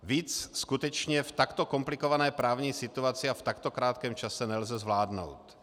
Víc skutečně v takto komplikované právní situaci a v takto krátkém čase nelze zvládnout.